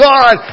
God